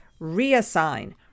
reassign